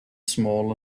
small